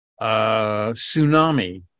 tsunami